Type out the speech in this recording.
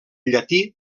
llatí